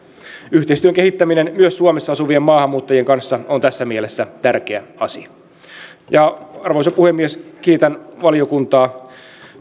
yhteistyön kehittäminen myös suomessa asuvien maahanmuuttajien kanssa on tässä mielessä tärkeä asia arvoisa puhemies kiitän valiokuntaa